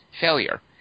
failure